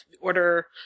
order